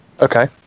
Okay